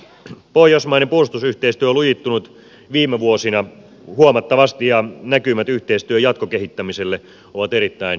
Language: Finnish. pohjoismainen puolustusyhteistyö on lujittunut viime vuosina huomattavasti ja näkymät yhteistyön jatkokehittämiselle ovat erittäin positiiviset